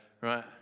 right